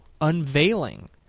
unveiling